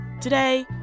Today